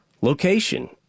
Location